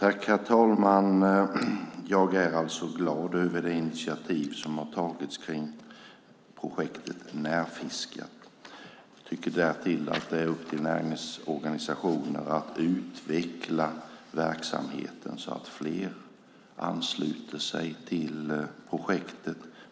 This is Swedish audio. Herr talman! Jag är alltså glad över det initiativ som har tagits till projektet Närfiskat. Jag tycker därtill att det är upp till näringens organisationer att utveckla verksamheten så att fler ansluter sig till projektet.